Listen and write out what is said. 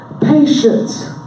patience